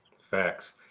facts